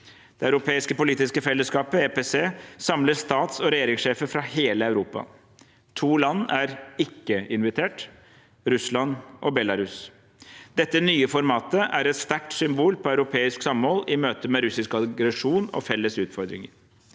et eksempel på sistnevnte. EPC samler stats- og regjeringssjefer fra hele Europa. To land er ikke invitert: Russland og Belarus. Dette nye formatet er et sterkt symbol på europeisk samhold i møte med russisk aggresjon og felles utfordringer.